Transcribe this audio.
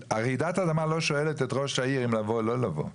רעידת האדמה לא שואלת את ראש העיר אם לבוא או לא לבוא.